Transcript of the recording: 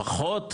לפחות,